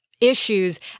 issues